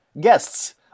Guests